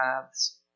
paths